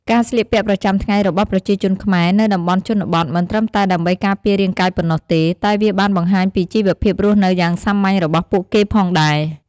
ការស្លៀកពាក់ប្រចាំថ្ងៃរបស់ប្រជាជនខ្មែរនៅតំបន់ជនបទមិនត្រឹមតែដើម្បីការពាររាងកាយប៉ុណ្ណោះទេ តែវាបានបង្ហាញពីជីវភាពរស់នៅយ៉ាងសាមញ្ញរបស់ពួកគេផងដែរ។